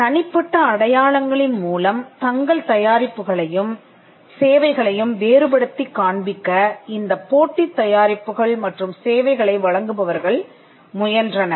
தனிப்பட்ட அடையாளங்களின் மூலம் தங்கள் தயாரிப்புகளையும் சேவைகளையும் வேறுபடுத்திக் காண்பிக்க இந்தப் போட்டித் தயாரிப்புகள் மற்றும் சேவைகளை வழங்குபவர்கள் முயன்றனர்